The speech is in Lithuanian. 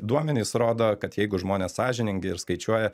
duomenys rodo kad jeigu žmonės sąžiningi ir skaičiuoja